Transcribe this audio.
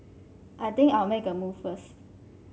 I think I'll make a move first